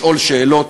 לשאול שאלות.